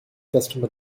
customer